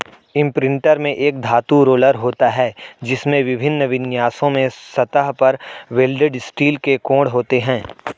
imprinter में एक धातु रोलर होता है, जिसमें विभिन्न विन्यासों में सतह पर वेल्डेड स्टील के कोण होते हैं